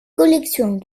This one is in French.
collections